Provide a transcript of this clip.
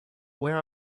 where